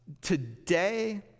today